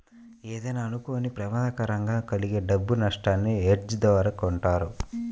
ఏదైనా అనుకోని ప్రమాదం కారణంగా కలిగే డబ్బు నట్టాన్ని హెడ్జ్ ద్వారా కొంటారు